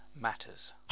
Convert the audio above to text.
matters